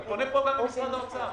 אני פונה גם למשרד האוצר.